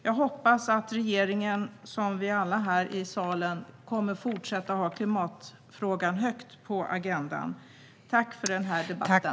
Jag hoppas att regeringen, som vi alla här i kammaren, kommer att fortsätta att sätta klimatfrågan högt på agendan. Tack för den här debatten!